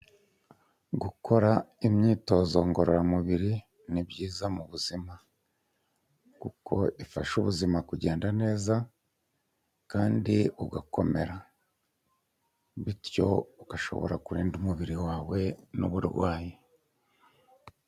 Gukora imyitozo ngororamubiri ni byiza mu buzima, kuko ifasha ubuzima kugenda neza kandi ugakomera, bityo ugashobora kurinda umubiri wawe n'uburwayi.